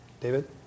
David